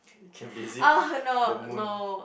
you can visit the moon